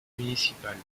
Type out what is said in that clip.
municipal